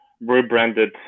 rebranded